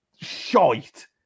shite